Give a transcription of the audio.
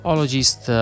Ologist